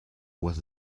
was